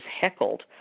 heckled